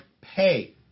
pay